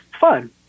fun